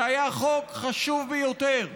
זה היה חוק חשוב ביותר,